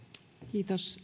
kiitos